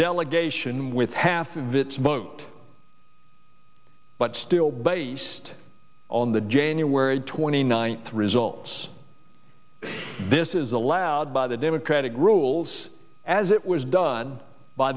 delegation with half of its vote but still based on the january twenty ninth results this is allowed by the democratic rules as it was done by